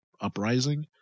Uprising